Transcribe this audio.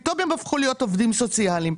פתאום הם הפכו להיות עובדים סוציאליים.